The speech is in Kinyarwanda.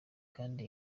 kandi